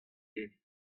evit